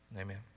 Amen